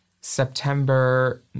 September